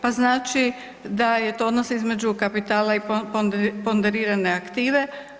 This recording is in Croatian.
Pa znači da je to odnos između kapitala i ponderirane aktive.